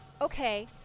okay